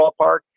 ballpark